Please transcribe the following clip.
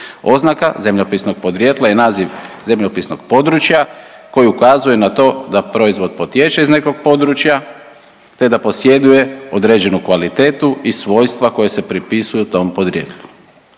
Oznaka zemljopisnog podrijetla je naziv zemljopisnog područja koji ukazuje na to da proizvod potječe iz nekog područja, te da posjeduje određenu kvalitetu i svojstva koja se pripisuju tom podrijetlu.